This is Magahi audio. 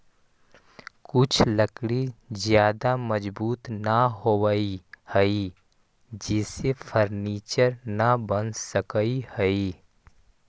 कुछ लकड़ी ज्यादा मजबूत न होवऽ हइ जेसे फर्नीचर न बन सकऽ हइ